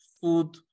food